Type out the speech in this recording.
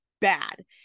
bad